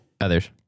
others